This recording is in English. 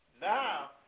now